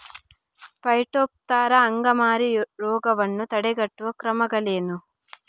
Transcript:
Phytophthora ಅಂಗಮಾರಿ ರೋಗವನ್ನು ತಡೆಗಟ್ಟುವ ಕ್ರಮಗಳೇನು?